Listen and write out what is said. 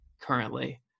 currently